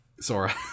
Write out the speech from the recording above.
Sora